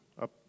up